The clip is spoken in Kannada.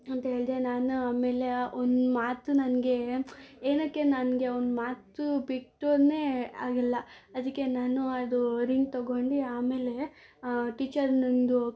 ಅಂತ ಹೇಳಿದೆ ನಾನು ಆಮೇಲೆ ಅವನ ಮಾತು ನನಗೆ ಏನಕ್ಕೆ ನನಗೆ ಅವನ ಮಾತು ಬಿಟ್ಟುನೆ ಆಗಿಲ್ಲ ಅದಕ್ಕೆ ನಾನು ಅದು ರಿಂಗ್ ತೊಗೊಂಡು ಆಮೇಲೆ ಟೀಚರ್ ನನ್ನದು